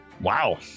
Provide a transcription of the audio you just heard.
Wow